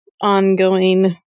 ongoing